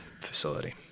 facility